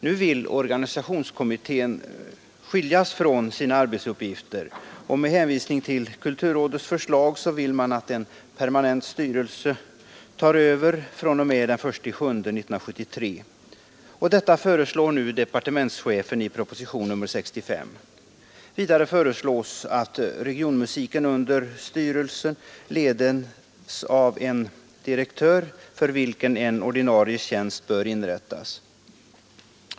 Nu vill organisationskommittén skiljas från sina arbetsuppgifter, och med hänvisning till kulturrådets förslag vill man att en permanent styrelse tar över fr.o.m. juli 1973. Detta föreslår departementschefen i propositionen 65. Vidare föreslås att regionmusiken under styrelsen ledes av en direktör, för vilken en ordinarie tjänst bör inrättas.